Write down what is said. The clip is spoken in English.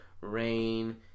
Rain